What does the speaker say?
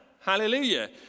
hallelujah